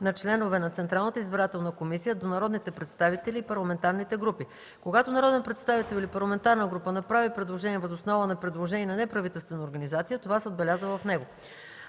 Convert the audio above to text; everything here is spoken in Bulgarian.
на членове на Централната избирателна комисия до народните представители и парламентарните групи. Когато народен представител или парламентарна група направи предложение въз основа на предложение на неправителствена организация, това се отбелязва в него.